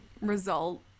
result